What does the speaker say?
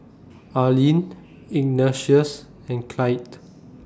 Arlene Ignatius and Clytie